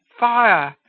fire!